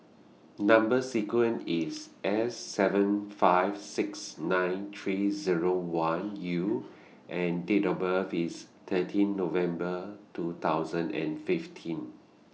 Number sequence IS S seven five six nine three Zero one U and Date of birth IS thirteen November two thousand and fifteen